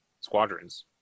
Squadrons